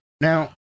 Now